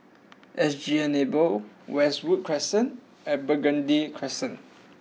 SG Enable Westwood Crescent and Burgundy Crescent